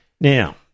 now